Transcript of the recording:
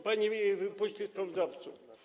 Panie Pośle Sprawozdawco!